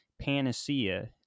panacea